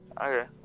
Okay